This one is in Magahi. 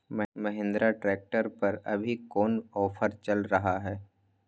महिंद्रा ट्रैक्टर पर अभी कोन ऑफर चल रहा है?